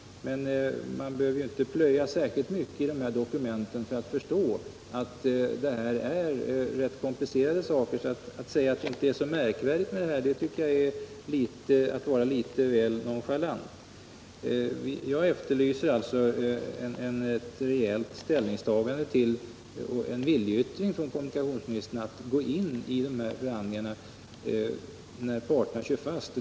Man behöver inte plöja särskilt djupt i dokumenten för att förstå att det rör sig om rätt komplicerade frågor. Att säga att detta inte är så märkvärdigt tycker jag är att vara litet väl nonchalant. Jag efterlyser alltså ett rejält ställningstagande och en viljeyttring från kommunikationsministern att gå in i förhandlingarna när parterna kör fast.